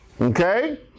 Okay